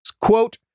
Quote